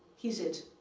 he's it,